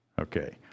Okay